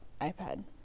ipad